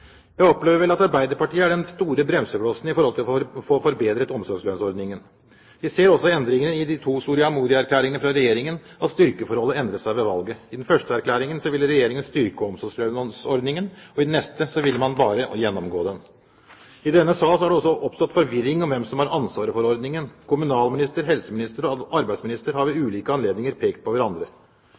Jeg opplever vel at Arbeiderpartiet er den store bremseklossen når det gjelder å få forbedret omsorgslønnsordningen. Vi ser også av endringene i de to Soria Moria-erklæringene fra Regjeringen at styrkeforholdet endret seg ved valget. I den første erklæringen ville Regjeringen styrke omsorgslønnsordningen, og i den neste ville man bare gjennomgå den. I denne sal har det oppstått forvirring om hvem som har ansvaret for ordningen. Kommunalminister, helseminister og arbeidsminister har ved ulike anledninger pekt på hverandre.